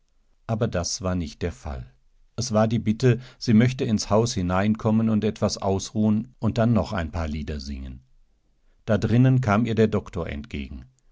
aber das war nicht der fall es war die bitte sie möchte ins haus hineinkommenundetwasausruhenunddannnocheinpaarliedersingen da drinnen kam ihr der doktor entgegen